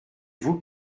vous